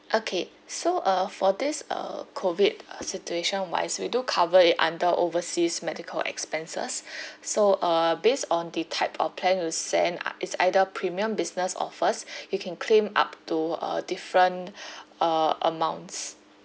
okay so uh for this uh COVID uh situation wise we do cover it under overseas medical expenses so uh based on the type of plan you uh it's either premium business or first you can claim up to uh different uh amounts